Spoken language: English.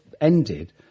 ended